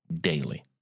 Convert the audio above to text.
daily